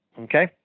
Okay